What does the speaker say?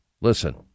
Listen